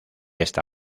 esta